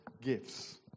gifts